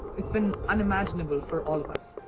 it's been unimaginable for all of us.